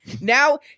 now